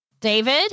David